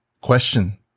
question